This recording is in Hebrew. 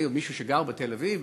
מישהו שגר בתל-אביב,